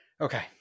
Okay